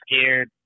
scared